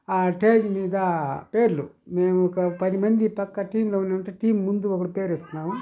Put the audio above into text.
ఆ టేజ్ మీద పేర్లు మేము ఒక పది మంది పక్కా టీమ్లో ఉన్నామంటే టీమ్ ముందు ఒకడి పేరు ఇస్తున్నాము